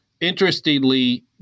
Interestingly